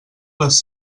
les